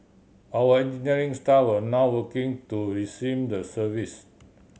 our engineering staff are now working to resume the service